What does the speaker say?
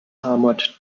armoured